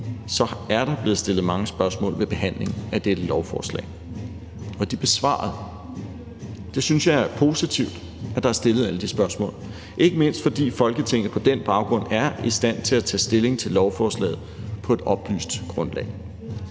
er der blevet stillet mange spørgsmål ved behandlingen af dette lovforslag – og de er besvaret. Jeg synes, det er positivt, at der er stillet alle de spørgsmål, ikke mindst fordi Folketinget på den baggrund er i stand til at tage stilling til lovforslaget på et oplyst grundlag.